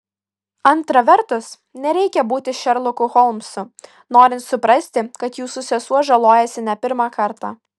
antra vertus nereikia būti šerloku holmsu norint suprasti kad jūsų sesuo žalojasi ne pirmą kartą